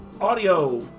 Audio